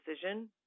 decision